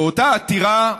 באותה עתירה,